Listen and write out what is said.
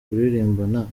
kuririmbana